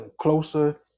closer